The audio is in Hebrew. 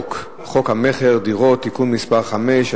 חוק המכר (דירות) (תיקון מס' 5),